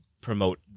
promote